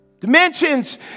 Dimensions